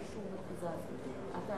אני